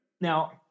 Now